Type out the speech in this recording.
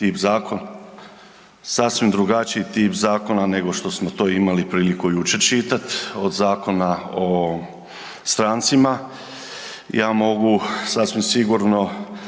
zakon sasvim drugačiji tip zakona nego što smo to imali priliku jučer čitati od Zakona o strancima. Ja mogu sasvim sigurno